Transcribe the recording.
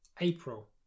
April